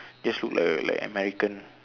just look like a like american